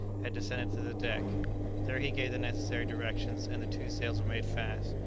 had descended to the deck there he gave the necessary directions, and the two sails were made fast,